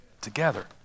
together